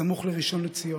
סמוך לראשון לציון,